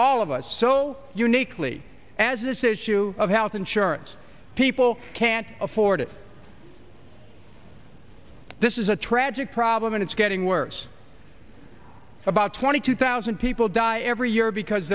all of us so uniquely as this issue of health insurance people can't afford it this is a tragic problem and it's getting worse about twenty two thousand people die every year because